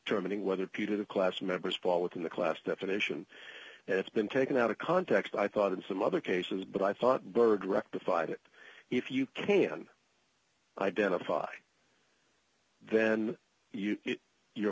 terminal whether putative class members fall within the class definition and it's been taken out of context i thought in some other cases but i thought byrd rectified it if you can identify then you'